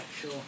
sure